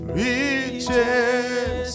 reaches